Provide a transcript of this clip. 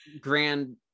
grand